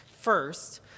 First